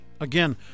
Again